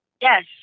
yes